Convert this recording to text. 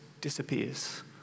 disappears